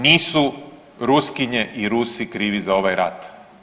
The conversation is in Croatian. Nisu Ruskinje i Rusi krivi za ovaj rat.